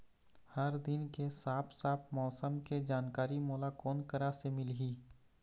हर दिन के साफ साफ मौसम के जानकारी मोला कोन करा से मिलही?